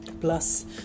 Plus